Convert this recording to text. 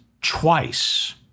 twice